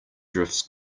drifts